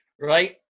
Right